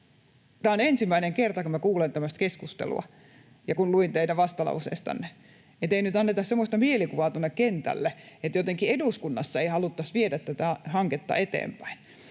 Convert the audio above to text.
Tämä on ensimmäinen kerta, kun minä kuulen tämmöistä keskustelua, ja luin tämmöistä teidän vastalauseestanne. Ei nyt anneta semmoista mielikuvaa tuonne kentälle, että eduskunnassa ei jotenkin haluttaisi viedä tätä hanketta eteenpäin.